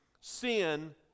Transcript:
sin